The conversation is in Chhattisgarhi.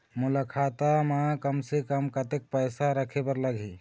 मोला खाता म कम से कम कतेक पैसा रखे बर लगही?